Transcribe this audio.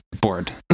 bored